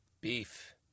Beef